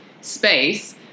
space